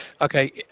Okay